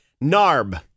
Narb